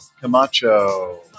Camacho